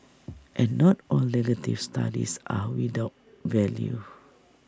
and not all negative studies are without value